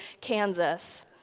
Kansas